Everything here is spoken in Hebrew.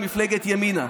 על מפגלת ימינה.